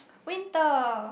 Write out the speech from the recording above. winter